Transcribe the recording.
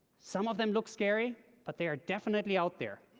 some of them look scary, but they are definitely out there